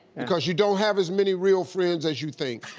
because you don't have as many real friends as you think.